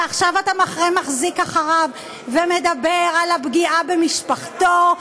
ועכשיו אתה מחרה מחזיק אחריו ומדבר על הפגיעה במשפחתו,